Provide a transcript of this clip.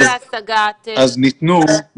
ניתנו.